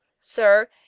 Sir